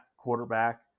Quarterback